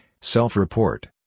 self-report